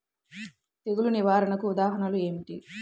తెగులు నిర్వహణకు ఉదాహరణలు ఏమిటి?